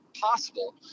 possible